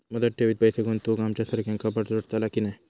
मुदत ठेवीत पैसे गुंतवक आमच्यासारख्यांका परवडतला की नाय?